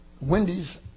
Wendy's